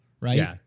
Right